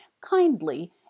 kindly